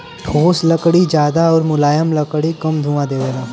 ठोस लकड़ी जादा आउर मुलायम लकड़ी कम धुंआ देवला